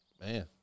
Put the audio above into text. man